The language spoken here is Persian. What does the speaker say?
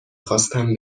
خواستم